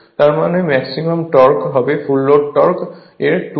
তার মানে maximum torque হবে ফুল লোড টর্ক এর 26 গুণ